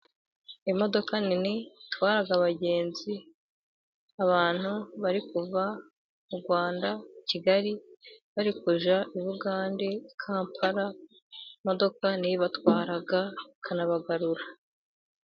Imodoka nini itwara abagenzi，abantu bari kuva mu Rwanda i Kigali，bari kujya i Bugande i Kampala， imodoka niyo ibatwara, ikanabagarura.